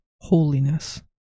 holiness